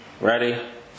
Ready